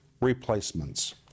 replacements